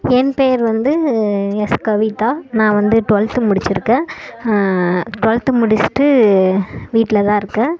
என் பேர் வந்து எஸ் கவிதா நான் வந்து டுவெல்த்து முடிச்சுருக்கேன் டுவெல்த்து முடிச்சுட்டு வீட்டில் தான் இருக்கேன்